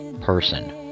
person